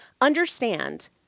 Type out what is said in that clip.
understand